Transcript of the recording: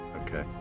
Okay